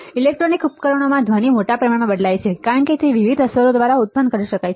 electronic ઉપકરણોમાં ધ્વનિ મોટા પ્રમાણમાં બદલાય છે કારણ કે તે વિવિધ અસરો દ્વારા ઉત્પન્ન કરી શકાય છે